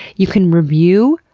you can review,